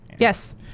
yes